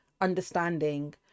understanding